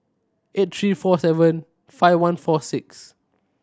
eight three four seven five one four six